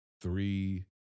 three